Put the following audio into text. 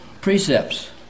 precepts